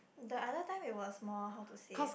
the other time it was more how to say